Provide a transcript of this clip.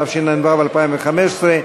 התשע"ו 2015,